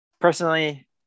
personally